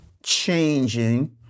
changing